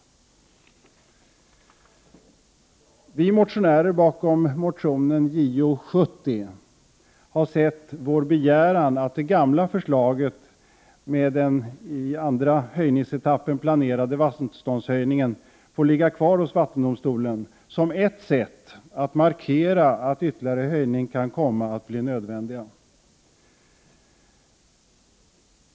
Vi motionärer bakom motionen Jo70 har sett vår begäran, att det gamla förslaget med den i andra höjningsetappen planerade vattenståndshöjningen får ligga kvar hos vattendomstolen, som ett sätt att markera att ytterligare höjningar kan komma att bli nödvändiga.